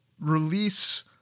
release